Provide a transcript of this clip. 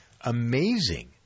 amazing